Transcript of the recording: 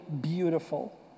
beautiful